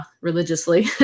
religiously